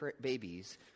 babies